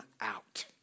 out